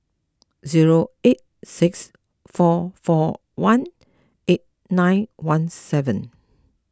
zero eight six four four one eight nine one seven